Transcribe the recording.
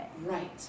Right